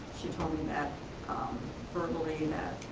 she told me that verbally that,